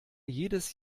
jedes